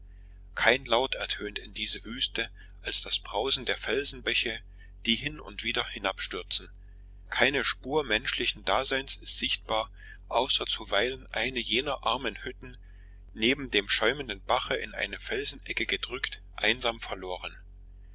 kein laut ertönt in diese wüste als das brausen der felsenbäche die hin und wieder hinabstürzen keine spur menschlichen daseins ist sichtbar außer zuweilen eine jener armen hütten neben dem schäumenden bache in eine felsenecke gedrückt einsam verloren